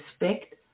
respect